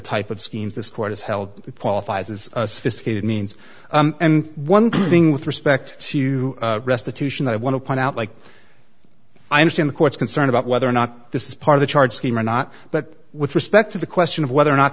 type of schemes this court has held that qualifies as a sophisticated means and one thing with respect to restitution i want to point out like i understand the court's concern about whether or not this is part of the charge scheme or not but with respect to the question of whether or not